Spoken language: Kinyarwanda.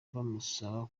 bamusaba